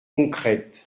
concrètes